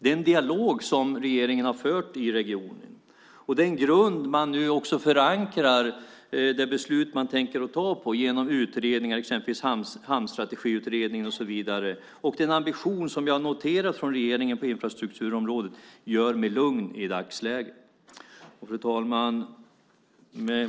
Den dialog som regeringen har fört i regionen och den grund man nu också förankrar det beslut i som man tänker ta genom utredningar, exempelvis Hamnstrategiutredningen och så vidare, och den ambition på infrastrukturområdet som jag noterar från regeringen gör mig lugn i dagsläget. Fru talman!